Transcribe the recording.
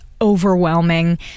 overwhelming